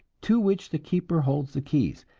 to which the keeper holds the key.